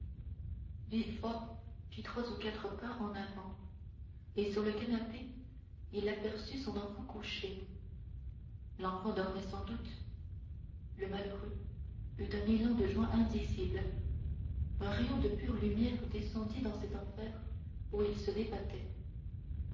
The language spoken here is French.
fit trois ou quatre pas en avant et sur le canapé il aperçut son enfant couché l'enfant dormait sans doute le malheureux eut un élan de joie indicible un rayon de pure lumière descendit dans cet enfer où il se débattait